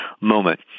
moment